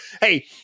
Hey